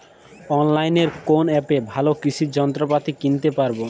অনলাইনের কোন অ্যাপে ভালো কৃষির যন্ত্রপাতি কিনতে পারবো?